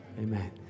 Amen